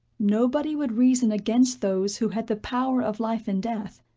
nobody would reason against those who had the power of life and death.